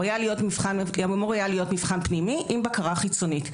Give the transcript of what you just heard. הוא אמור היה להיות מבחן פנימי עם בקרה חיצונית,